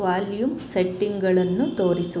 volume ಸೆಟ್ಟಿಂಗಳನ್ನು ತೋರಿಸು